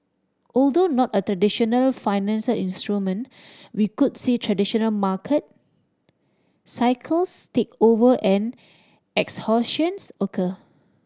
although not a traditional financial instrument we could see traditional market cycles take over and exhaustions occur